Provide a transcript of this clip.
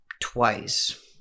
twice